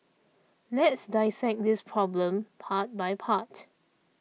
let's dissect this problem part by part